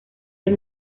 los